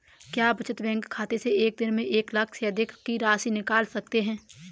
क्या बचत बैंक खाते से एक दिन में एक लाख से अधिक की राशि निकाल सकते हैं?